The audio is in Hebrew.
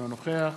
אינו נוכח